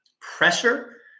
pressure